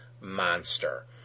monster